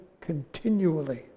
continually